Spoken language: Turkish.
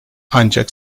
ancak